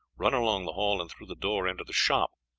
run along the hall and through the door into the shop,